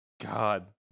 God